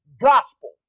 gospel